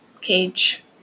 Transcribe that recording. cage